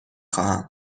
خواهم